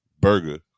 Burger